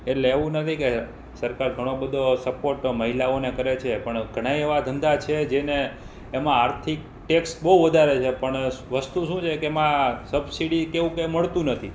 એટલે એવું નથી કે સરકાર ઘણો બધો સપોર્ટ તો મહિલાઓને કરે છે પણ ઘણાય એવા ધંધા છે જેને એમાં આર્થિક ટેક્સ બહુ વધારે છે પણ વસ્તુ શું છે કે એમાં સબસીડી કે એવું કાંઇ મળતું નથી